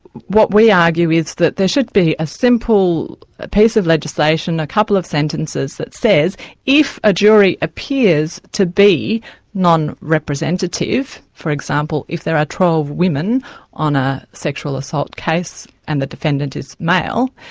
what we argue is that there should be a simple piece of legislation, a couple of sentences, that says if a jury appears to be non-representative, for example if there are twelve women on a sexual assault case and the defendant is male,